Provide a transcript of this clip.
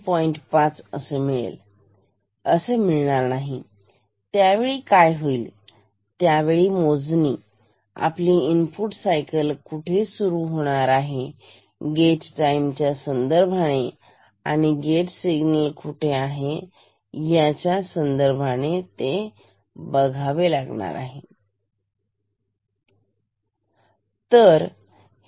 5 आहे त्यावेळी काय होईल त्यावेळी ती मोजणी आपली इनपुट सायकल कुठे सुरू होणार आहे गेट टाईम च्या संदर्भाने आणि गेट सिग्नल च्या संदर्भाने ते बघावे लागेल